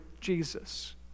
Jesus